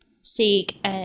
seek